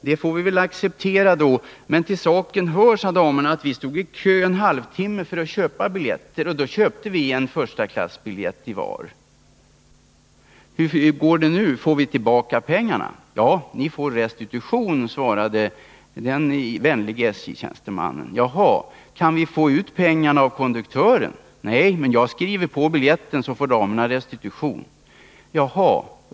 — Det får vi väl acceptera då, sade damerna, men till saken hör att vi stod i kö en halvtimme för att köpa biljetter, och då köpte vi förstaklassbiljetter. Hur går det nu? Får vi tillbaka pengarna? — Ja, ni får restitution, svarade den vänlige SJ-tjänstemannen. — Jaså, kan vi få ut pengarna av konduktören? — Nej, men jag skriver på biljetten, så får damerna restitution.